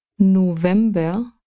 November